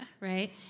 right